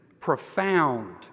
profound